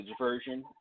version